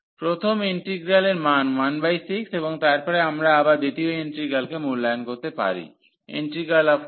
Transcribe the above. প্রথম ইন্টিগ্রালের মান 16 এবং তারপরে আমরা আবার দ্বিতীয় ইন্টিগ্রালকে মূল্যায়ন করতে পারি y12x02 yxydxdy